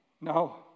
No